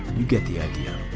you get the idea.